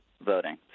voting